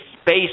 space